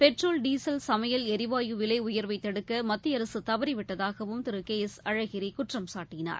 petrol diesel சமையல் எரிவாயு விலை உயர்வை தடுக்க மத்திய அரசு தவறிவிட்டதாகவும் திரு கே எஸ் அழகிரி குற்றம் சாட்டினார்